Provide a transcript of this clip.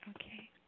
Okay